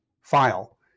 file